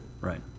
Right